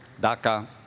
DACA